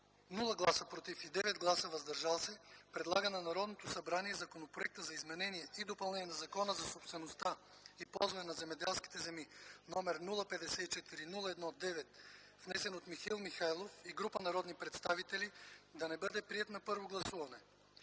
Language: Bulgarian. без „против” и 9 гласа „въздържали се”, предлага на Народното събрание Законопроектът за изменение и допълнение на Закона за собствеността и ползването на земеделските земи, № 054-01-9, внесен от Михаил Михайлов и група народни представители, да не бъде приет на първо гласуване;